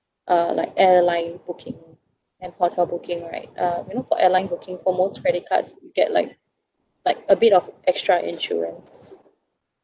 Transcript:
uh like airline booking and hotel booking right uh you know for airline booking for most credit cards you get like like a bit of extra insurance